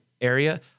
area